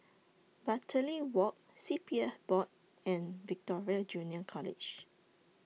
Bartley Walk C P F Board and Victoria Junior College